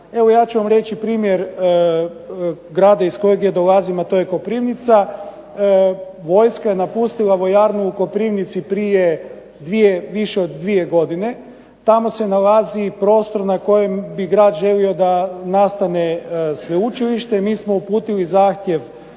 Evo ja ću vam reći primjer grada iz kojeg ja dolazim, a to je Koprivnica. Vojska je napustila vojarnu u Koprivnici prije dvije, više od dvije godine. Tamo se nalazi prostor na kojem bi grad želio da nastane sveučilište. Mi smo uputili zahtjev